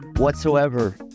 Whatsoever